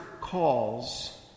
calls